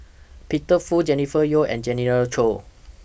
Peter Fu Jennifer Yeo and Choy